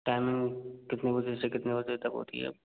timing कितने बजे से कितने बजे तक होती है